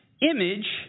image